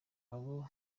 abo